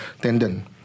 tendon